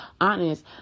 honest